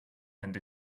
and